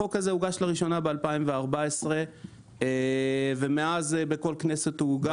החוק הזה הוגש לראשונה ב-2014 ומאז בכל כנסת הוא הוגש.